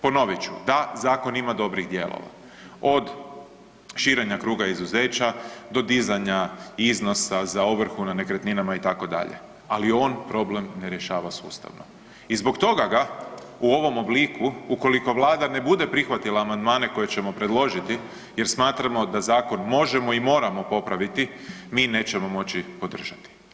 Ponovit ću, da zakon ima dobrih dijelova, od širenja kruga izuzeća do dizanja iznosa za ovrhu na nekretninama itd., ali on problem ne rješava sustavno i zbog toga ga u ovom obliku ukoliko Vlada ne bude prihvatila amandmane koje ćemo predložiti jer smatramo da zakon možemo i moramo popraviti, mi nećemo moći podržati.